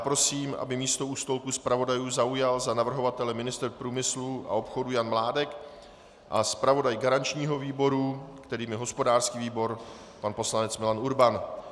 Prosím, aby místo u stolku zpravodajů zaujal na navrhovatele ministr průmyslu a obchodu Jan Mládek a zpravodaj garančního výboru, kterým je hospodářský výbor, pan poslanec Milan Urban.